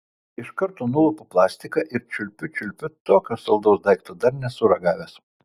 iš karto nulupu plastiką ir čiulpiu čiulpiu tokio saldaus daikto dar nesu ragavęs